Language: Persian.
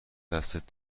دستت